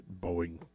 Boeing